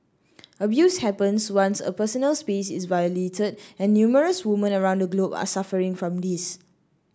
abuse happens once a personal space is violated and numerous woman around the globe are suffering from this